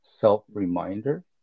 self-reminder